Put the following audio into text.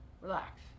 relax